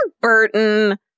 Burton